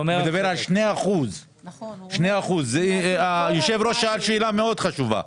הוא מדבר על 2%. היושב-ראש שאל שאלה מאוד חשובה,